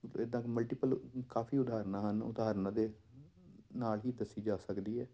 ਮਤਲਬ ਇੱਦਾਂ ਮਲਟੀਪਲ ਕਾਫ਼ੀ ਉਦਾਹਰਣਾਂ ਹਨ ਉਦਾਹਰਣਾਂ ਦੇ ਨਾਲ ਹੀ ਦੱਸੀ ਜਾ ਸਕਦੀ ਹੈ